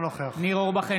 אינו נוכח ניר אורבך,